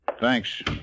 Thanks